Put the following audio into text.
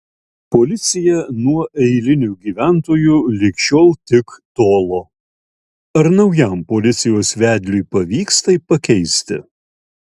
policija nuo eilinių gyventojų lig šiol tik tolo ar naujam policijos vedliui pavyks tai pakeisti